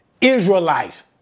Israelites